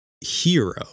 Hero